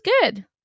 good